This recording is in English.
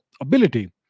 ability